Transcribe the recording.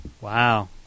Wow